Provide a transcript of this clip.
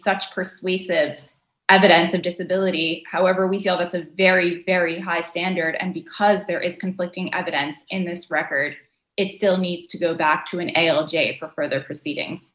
such persuasive evidence of disability however we feel that's a very very high standard and because there is conflicting evidence in this record it still needs to go back to an a l j for further proceeding